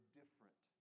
different